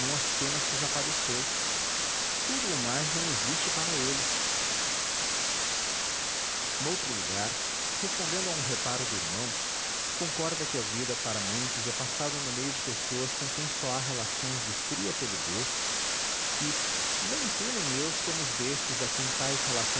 as penas que já padeceu tudo o mais não existe para ele noutro lugar respondendo a um reparo do irmão concorda que a vida para muitos é passada no meio de pessoas com quem só há relações de fria polidez e nem tu nem eu somos desses a quem tais